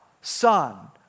son